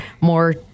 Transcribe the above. more